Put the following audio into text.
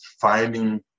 finding